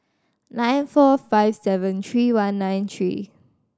nine four five seven three one nine three